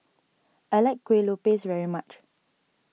I like Kuih Lopes very much